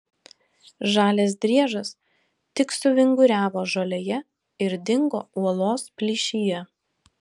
žalias driežas tik suvinguriavo žolėje ir dingo uolos plyšyje